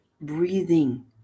breathing